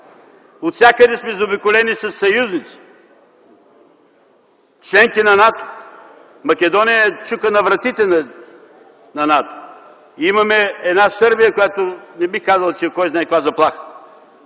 отвсякъде сме заобиколени със съюзници членки на НАТО. Македония чука на вратите на НАТО. Имаме една Сърбия, която не бих казал, че е кой знае каква заплаха.